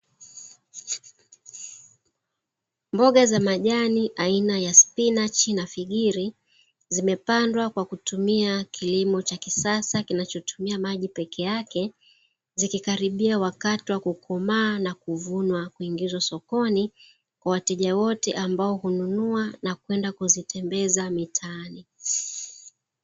Mboga za majani aina ya spinachi na figiri, zimepandwa kwa kutumia kilimo cha kisasa kinachotumia maji peke yake, zikikaribia wakati wa kukomaa na kuvunwa kuingizwa sokoni kwa wateja wote ambao hununua na kwenda kuzitembeza mitaani.